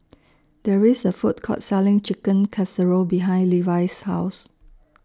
There IS A Food Court Selling Chicken Casserole behind Levi's House